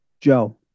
Joe